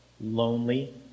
lonely